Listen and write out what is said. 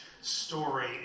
story